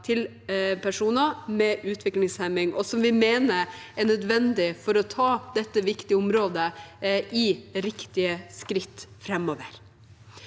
til personer med utviklingshemming, noe vi mener er nødvendig for å ta dette viktige området i riktige skritt framover.